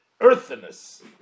earthiness